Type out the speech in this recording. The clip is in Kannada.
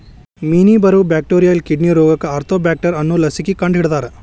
ಮೇನಿಗೆ ಬರು ಬ್ಯಾಕ್ಟೋರಿಯಲ್ ಕಿಡ್ನಿ ರೋಗಕ್ಕ ಆರ್ತೋಬ್ಯಾಕ್ಟರ್ ಅನ್ನು ಲಸಿಕೆ ಕಂಡಹಿಡದಾರ